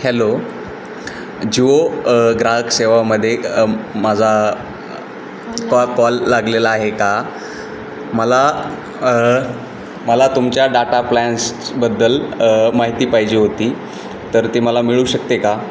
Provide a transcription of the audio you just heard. hello Jio ग्राहक सेवामध्ये माझा कॉ कॉल लागलेला आहे का मला मला तुमच्या डाटा प्लॅन्सचबद्दल माहिती पाहिजे होती तर ते मला मिळू शकते का